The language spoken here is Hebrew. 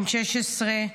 בן 16,